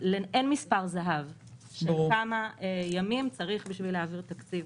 אין מספר זהב של כמה ימים צריך בשביל להעביר תקציב